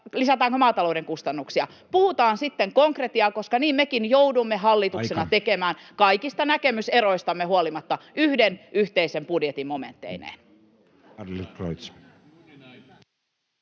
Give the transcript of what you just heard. lisätäänkö maatalouden kustannuksia? Puhutaan sitten konkretiaa, koska niin mekin joudumme hallituksena [Puhemies: Aika!] tekemään kaikista näkemyseroistamme huolimatta: yhden yhteisen budjetin momentteineen.